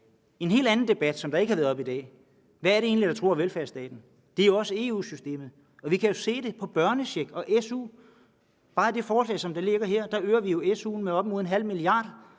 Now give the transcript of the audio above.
En helt anden debat, som ikke har været oppe i dag, er, hvad det egentlig er, der truer velfærdsstaten. Det er også EU-systemet. Vi kan jo se det på børnecheck og SU. Bare med det forslag, som ligger her, øger vi SU'en med op mod ½ mia.